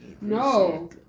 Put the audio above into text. No